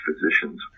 physician's